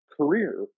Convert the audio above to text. career